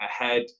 ahead